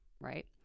right